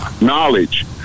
knowledge